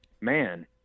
man